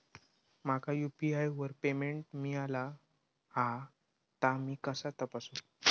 माका यू.पी.आय वर पेमेंट मिळाला हा ता मी कसा तपासू?